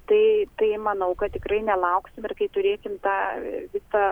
tai tai manau kad tikrai nelauksim ir kai turėsim tą visą